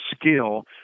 skill